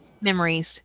Memories